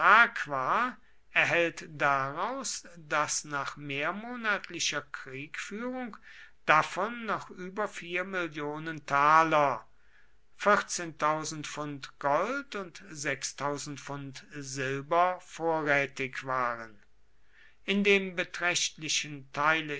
erhellt daraus daß nach mehrmonatlicher kriegführung davon noch über mill gold und silber vorrätig waren in dem beträchtlichen teile